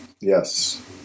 Yes